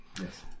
Yes